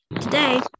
today